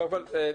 קודם כל תודה